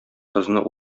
кызны